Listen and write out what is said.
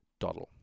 doddle